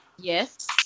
Yes